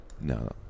No